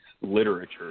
literature